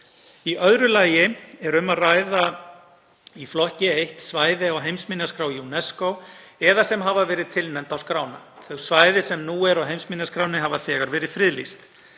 Í öðru lagi er um að ræða í flokki 1 svæði á heimsminjaskrá UNESCO eða sem hafa verið tilnefnd á skrána. Þau svæði sem nú eru á heimsminjaskránni hafa þegar verið friðlýst.